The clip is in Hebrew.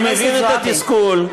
אני מבין את התסכול.